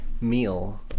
meal